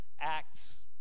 Acts